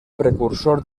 precursor